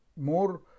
more